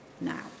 now